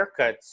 haircuts